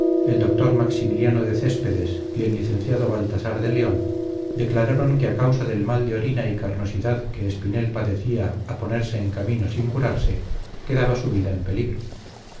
doctor maximiliano de céspedes y el licenciado baltasar de león declararon que a causa del mal de orina y carnosidad que espinel padecía a ponerse en camino sin curarse quedaba su vida en peligro